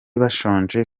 bashonje